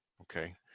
Okay